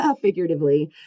Figuratively